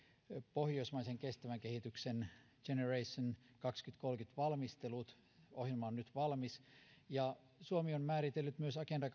pohjoismaisen kestävän kehityksen generation kaksituhattakolmekymmentän valmistelut ja ohjelma on nyt valmis suomi on myös määritellyt agenda